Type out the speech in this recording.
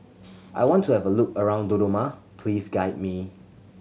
I want to have a look around Dodoma please guide me